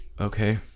okay